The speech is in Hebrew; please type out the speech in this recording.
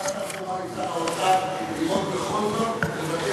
שר התחבורה ועם שר האוצר לראות בכל זאת,